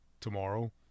tomorrow